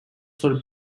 for